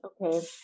Okay